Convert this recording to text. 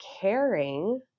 caring